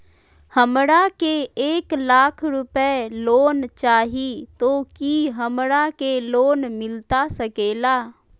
हमरा के एक लाख रुपए लोन चाही तो की हमरा के लोन मिलता सकेला?